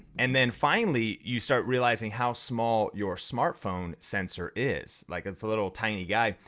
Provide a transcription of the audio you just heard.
and then finally you start realizing how small your smart phone sensor is, like it's a little tiny guy.